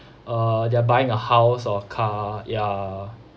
uh they're buying a house or car ya